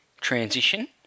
transition